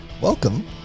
Welcome